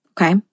Okay